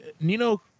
Nino